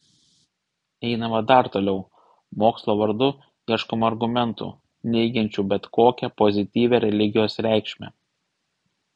einama dar toliau mokslo vardu ieškoma argumentų neigiančių bet kokią pozityvią religijos reikšmę